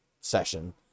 session